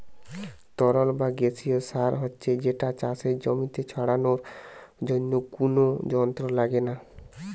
তরল বা গেসিও সার হচ্ছে যেটা চাষের জমিতে ছড়ানার জন্যে কুনো যন্ত্র লাগছে না